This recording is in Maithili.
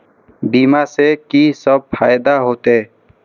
बीमा से की सब फायदा होते?